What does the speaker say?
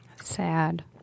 Sad